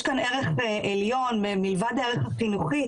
יש כאן ערך עליון מלבד הערך החינוכי,